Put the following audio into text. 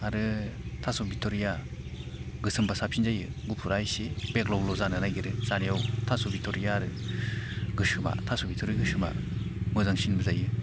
आरो थास' बिथुरिया गोसोमब्ला साबसिन जायो गुफुरा एसे बेग्ल'ल' जानो नागिरो जानायाव थास' बिथुरिया आरो गोसोमा थास' बिथुरि गोसोमा मोजांसिनबो जायो